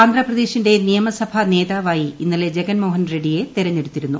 ആന്ധ്രാപ്രദേശിന്റെ നിയമസഭാ നേതാവായി ഇന്നലെ ജഗൻമോഹൻ റെഡ്സിയെ തെരഞ്ഞെടുത്തിരുന്നു